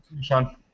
Sean